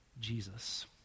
Jesus